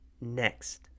Next